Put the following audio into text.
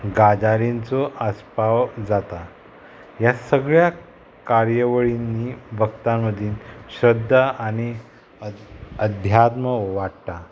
काजारींचो आस्पाव जाता ह्या सगळ्या कार्यवळींनी भक्तां मदीं श्रध्दा आनी अ अध्यात्म वाडटा